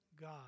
God